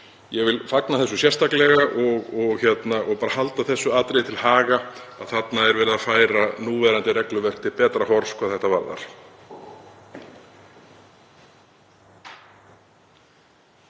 Ég vil fagna þessu sérstaklega og bara halda því til haga að þarna er verið að færa núverandi regluverk til betra horfs hvað þetta varðar.